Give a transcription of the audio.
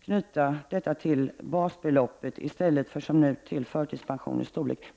knyta detta till basbeloppet i stället för, som nu sker, till förtidspensionens storlek.